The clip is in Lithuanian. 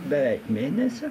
beveik mėnesio